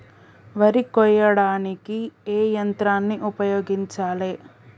వరి కొయ్యడానికి ఏ యంత్రాన్ని ఉపయోగించాలే?